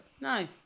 No